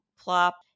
plop